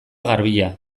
garbia